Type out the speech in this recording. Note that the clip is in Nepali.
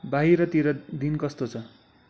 बाहिरतिर दिन कस्तो छ